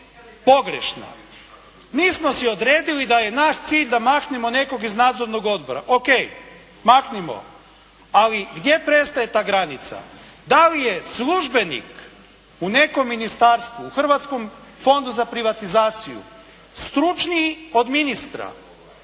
pogrešna. Mi smo si odredili da je naš cilj da maknemo nekog iz nadzornog odbora. O.k., maknimo. Ali gdje prestaje ta granica? Da li je službenik u nekom ministarstvu, u Hrvatskom fondu za privatizaciju stručniji od ministra?